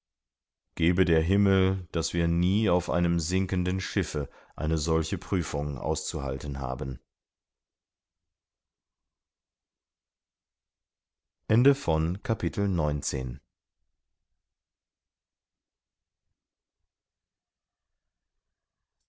gebe der himmel daß wir nie auf einem sinkenden schiffe eine solche prüfung auszuhalten haben